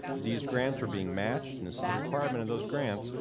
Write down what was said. these grants are being matched, and this is a requirement of those grants,